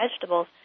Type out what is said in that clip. vegetables